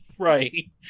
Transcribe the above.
Right